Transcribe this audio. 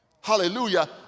hallelujah